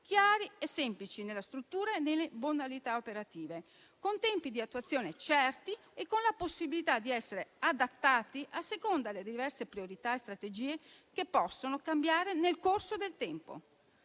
chiari e semplici nella struttura e nelle modalità operative, con tempi di attuazione certi e con la possibilità di essere adattati a seconda delle diverse priorità e strategie che possono cambiare nel corso del tempo.